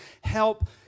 help